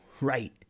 right